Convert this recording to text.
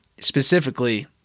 Specifically